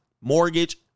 mortgage